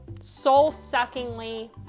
Soul-suckingly